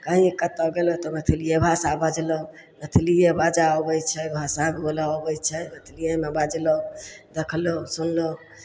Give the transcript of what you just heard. कहीँ कतहु गयलहुँ तऽ मैथिलिए भाषा बजलहुँ मैथिलिए भाषा अबै छै भाषा बोलय अबै छै मैथिलिएमे बाजलहुँ देखलहुँ सुनलहुँ